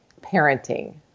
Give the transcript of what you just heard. parenting